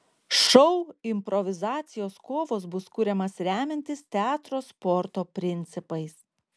šou improvizacijos kovos bus kuriamas remiantis teatro sporto principais